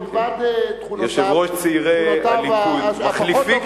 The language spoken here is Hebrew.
מלבד תכונותיו הפחות טובות,